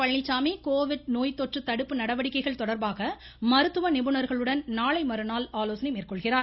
Palaniswami Covid நோய்த்தொற்று தடுப்பு நடவடிக்கைகள் தொடர்பாக மருத்துவ நிபுணர்களுடன் நாளை மறுநாள் ஆலோசனை மேற்கொள்கிறார்